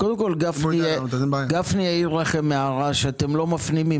קודם כל גפני העיר לכם הערה שאתם לא מפנימים,